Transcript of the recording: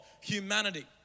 humanity